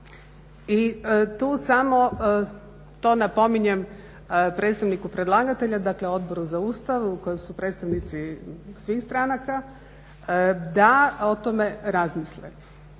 I tu samo to napominjem predstavniku predlagatelja, dakle Odboru za Ustav u kojem su predstavnici svih stranaka da o tome razmisle